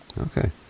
Okay